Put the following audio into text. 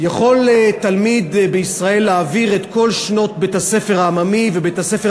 יכול תלמיד בישראל להעביר את כל שנות בית-הספר העממי ובית-הספר